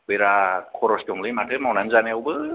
बेराद खरस दङलै माथो मावनानै जानायावबो